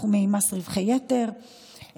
בתחומי רווחי יתר,